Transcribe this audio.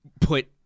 put